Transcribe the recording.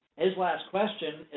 his last question,